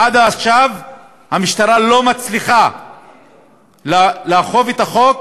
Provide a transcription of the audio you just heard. עד עכשיו המשטרה לא מצליחה לאכוף את החוק,